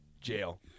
Jail